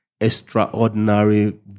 extraordinary